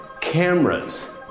cameras